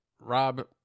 Rob